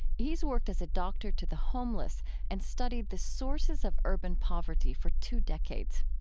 he's worked as a doctor to the homeless and studied the sources of urban poverty for two decades.